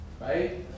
right